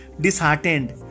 disheartened